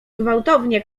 gwałtownie